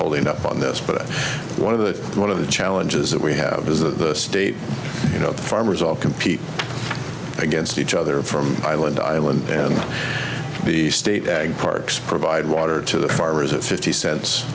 holding up on this but one of the one of the challenges that we have is that the state you know the farmers all compete against each so there are from island to island and the state ag parks provide water to the farmers at fifty cents